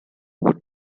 would